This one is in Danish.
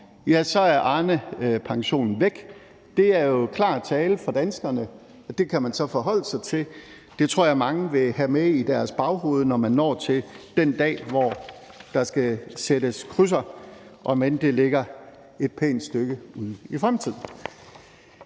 at Arnepensionen er væk. Det er jo klar tale for danskerne, og det kan man så forholde sig til, og det tror jeg mange vil have med i deres baghoved, når man når til den dag, hvor der skal sættes krydser, om end det ligger et pænt stykke ude i fremtiden.